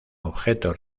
objeto